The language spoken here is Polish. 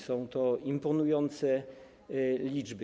Są to imponujące liczby.